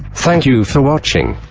thank you for watching.